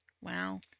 Wow